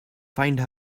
find